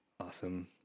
Awesome